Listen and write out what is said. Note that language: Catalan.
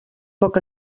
poc